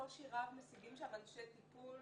בקושי רב משיגים שם אנשי טיפול.